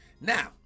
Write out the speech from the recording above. Now